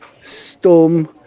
Storm